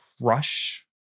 crush